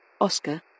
Oscar